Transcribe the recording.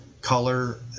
color